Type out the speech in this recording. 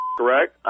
correct